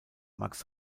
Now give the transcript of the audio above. max